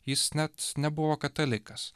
jis net nebuvo katalikas